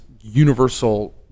universal